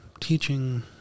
teaching